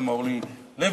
גם אורלי לוי,